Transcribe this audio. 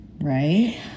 Right